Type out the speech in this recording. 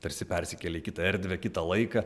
tarsi persikelia į kitą erdvę kitą laiką